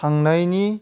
थांनायनि